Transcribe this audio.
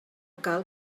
cal